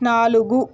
నాలుగు